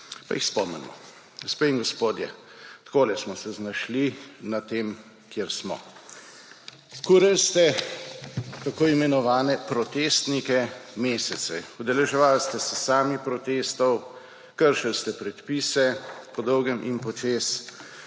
Pa jih spomnimo. Gospe in gospodje, takole smo se znašli na tem, kjer smo. Kurili ste tako imenovane protestnike mesece, udeleževali ste se sami protestov, kršili ste predpise po dolgem in po čez